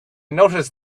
noticed